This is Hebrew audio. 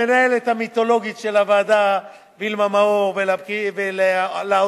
למנהלת המיתולוגית של הוועדה וילמה מאור ולעוזרות